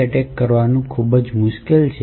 attack કરવાનું ખૂબ મુશ્કેલ છે